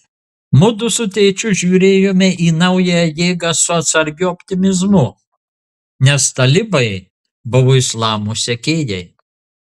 mudu su tėčiu žiūrėjome į naująją jėgą su atsargiu optimizmu nes talibai buvo islamo sekėjai